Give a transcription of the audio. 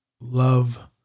love